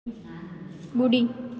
ॿुड़ी